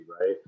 right